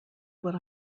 what